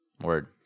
word